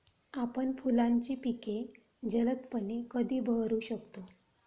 आपण फुलांची पिके जलदपणे कधी बहरू शकतो?